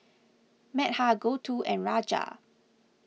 Medha Gouthu and Raja